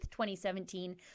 2017